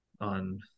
on